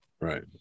right